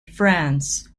france